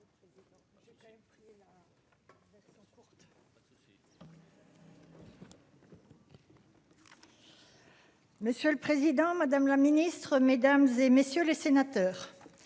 Monsieur le Président Madame la Ministre Mesdames et messieurs les sénateurs.